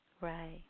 Right